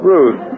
Ruth